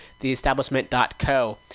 theestablishment.co